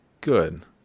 good